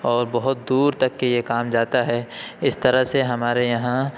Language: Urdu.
اور بہت دور تک کے یہ کام جاتا ہے اس طرح سے ہمارے یہاں